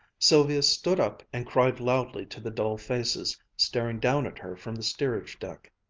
sylvia stood up and cried loudly to the dull faces, staring down at her from the steerage deck.